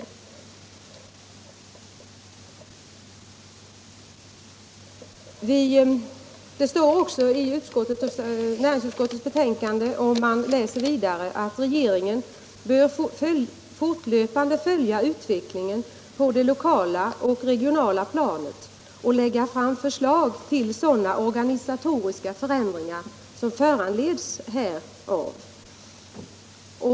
Om man läser vidare i näringsutskottets betänkande finner man att där också står att regeringen fortlöpande bör följa utvecklingen på det lokala och regionala planet och lägga fram förslag till sådana organisatoriska förändringar som föranleds härav.